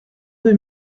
deux